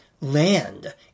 land